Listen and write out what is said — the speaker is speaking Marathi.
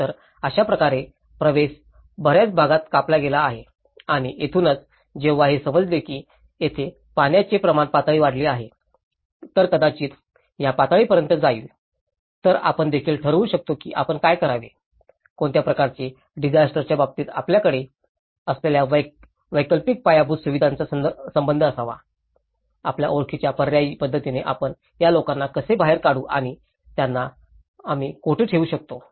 तर अशा प्रकारे प्रवेश बर्याच भागात कापला गेला आहे आणि येथूनच जेव्हा हे समजले की येथे पाण्याचे प्रमाण पातळी वाढली आहे तर कदाचित या पातळीपर्यंत जाईल तर आपण देखील ठरवू शकतो की आपण काय करावे कोणत्या प्रकारचे डिजास्टरच्या बाबतीत आमच्याकडे असलेल्या वैकल्पिक पायाभूत सुविधांचा संबंध असावा आपल्या ओळखीच्या पर्यायी पध्दतीने आपण या लोकांना कसे बाहेर काढू आणि आम्ही त्यांना कुठे ठेवू शकतो